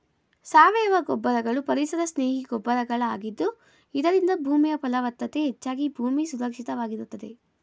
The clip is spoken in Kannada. ಸಾವಯವ ಗೊಬ್ಬರಗಳು ಪರಿಸರ ಸ್ನೇಹಿ ಗೊಬ್ಬರಗಳ ಆಗಿದ್ದು ಇದರಿಂದ ಭೂಮಿಯ ಫಲವತ್ತತೆ ಹೆಚ್ಚಾಗಿ ಭೂಮಿ ಸುರಕ್ಷಿತವಾಗಿರುತ್ತದೆ